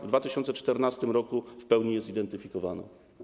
W 2014 r. w pełni je zidentyfikowano.